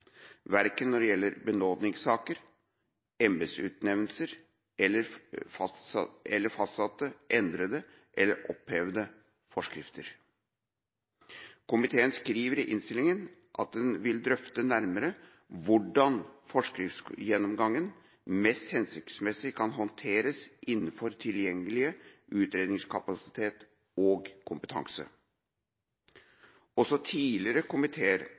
verken når det gjelder benådningssaker, embetsutnevnelser eller fastsatte, endrede eller opphevede forskrifter. Komiteen skriver i innstillinga at den «vil drøfte nærmere hvordan forskriftsgjennomgangen mest hensiktsmessig kan håndteres innenfor tilgjengelig utredningskapasitet og kompetanse». Også tidligere komiteer